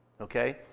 Okay